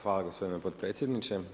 Hvala gospodine potpredsjedniče.